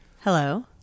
hello